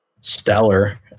stellar